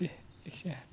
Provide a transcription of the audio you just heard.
दे जायखिया